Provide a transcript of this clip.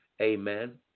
Amen